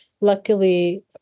Luckily